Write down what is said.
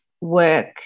work